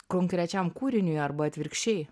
konkrečiam kūriniui arba atvirkščiai